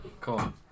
Cool